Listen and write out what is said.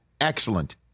excellent